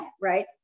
right